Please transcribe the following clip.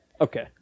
Okay